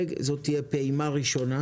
זו תהיה פעימה ראשונה,